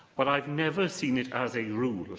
but i've never seen it as a rule,